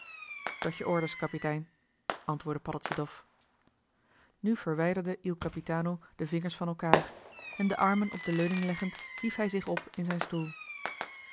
tot je orders kapitein antwoordde paddeltje dof nu verwijderde il capitano de vingers van elkaar en de armen op de leuning leggend hief hij zich op in zijn stoel